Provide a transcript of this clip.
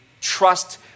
trust